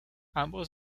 ambos